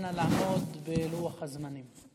נא לעמוד בלוח הזמנים.